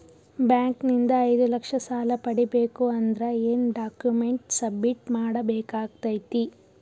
Bank ನಿಂದ ಐದು ಲಕ್ಷ ಸಾಲ ಪಡಿಬೇಕು ಅಂದ್ರ ಏನ ಡಾಕ್ಯುಮೆಂಟ್ ಸಬ್ಮಿಟ್ ಮಾಡ ಬೇಕಾಗತೈತಿ?